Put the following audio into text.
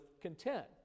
content